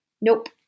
Nope